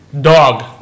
Dog